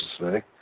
say